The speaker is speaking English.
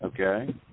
Okay